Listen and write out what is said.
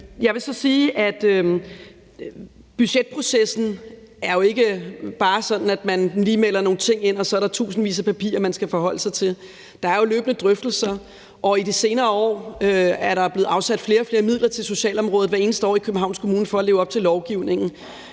Jeg vil så sige, at budgetprocessen jo ikke bare er sådan, at man lige melder nogle ting ind, og så er der tusindvis af papirer, man skal forholde sig til. Der er jo løbende drøftelser, og i de senere år er der blevet afsat flere og flere midler til socialområdet hvert eneste år i Københavns Kommune for at leve op til lovgivningen.